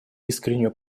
искреннюю